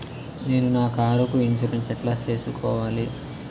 నేను నా కారుకు ఇన్సూరెన్సు ఎట్లా సేసుకోవాలి